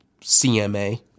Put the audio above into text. CMA